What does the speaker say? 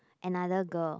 another girl